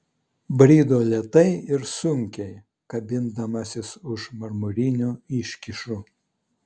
brido lėtai ir sunkiai kabindamasis už marmurinių iškyšų